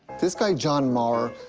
this guy, john maurer,